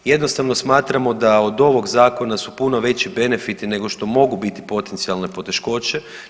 Jednostavno smatramo da od ovog zakona su puno veći benefiti nego što mogu biti potencijalne poteškoće.